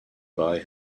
buy